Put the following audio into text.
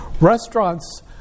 Restaurants